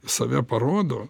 save parodo